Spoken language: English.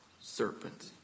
serpent